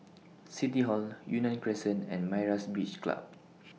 City Hall Yunnan Crescent and Myra's Beach Club